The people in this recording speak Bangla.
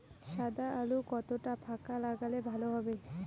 সাদা আলু কতটা ফাকা লাগলে ভালো হবে?